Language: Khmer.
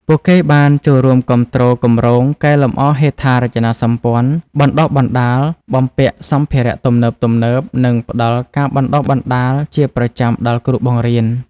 ពួកគេបានចូលរួមគាំទ្រគម្រោងកែលម្អហេដ្ឋារចនាសម្ព័ន្ធបណ្តុះបណ្តាល បំពាក់សម្ភារៈទំនើបៗ និងផ្តល់ការបណ្តុះបណ្តាលជាប្រចាំដល់គ្រូបង្រៀន។